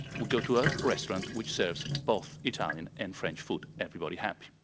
we go to a restaurant which serves both italian and french food. everybody happy.